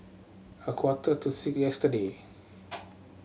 a quarter to six yesterday